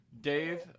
Dave